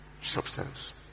substance